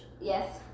Yes